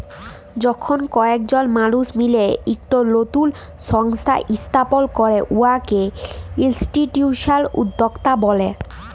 যখল কয়েকজল মালুস মিলে ইকট লতুল সংস্থা ইস্থাপল ক্যরে উয়াকে ইলস্টিটিউশলাল উদ্যক্তা ব্যলে